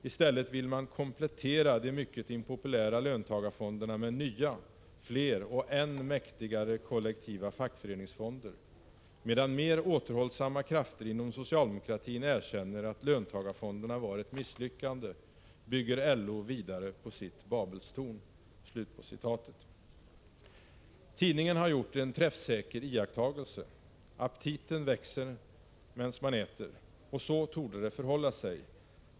I stället vill man "komplettera" de mycket impopulära löntagarfonderna med nya. fler och än mäktigare kollektiva fackföreningsfonder. Medan mer återhållssamma krafter inom socialdemokratin erkänner att löntagarfonderna var ett misslyckande, bygger LO vidare på sitt babelstorn.” Tidningen har gjort en träffsäker iakttagelse. Aptiten växer medan man äter! Och så torde det förhålla sig.